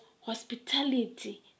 hospitality